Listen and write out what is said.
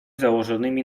założonymi